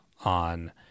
on